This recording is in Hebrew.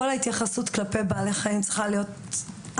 כל ההתייחסות כלפי בעלי חיים צריכה להיות אחרת,